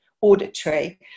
auditory